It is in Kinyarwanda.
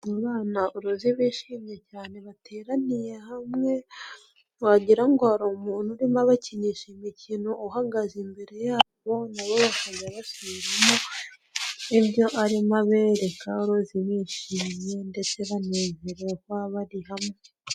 Abana uruzi bishimye cyane bateraniye hamwe wagira ngo hari umuntu urimo abakinisha imikino uhagaze imbere yabo, na bo bakajya basubiramo ibyo arimo aberekaro uruzi bishimye ndetse banezerewe kuba bari hamwe.